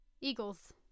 eagles